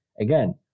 again